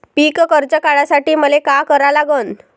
पिक कर्ज काढासाठी मले का करा लागन?